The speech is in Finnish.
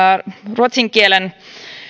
ruotsin kielen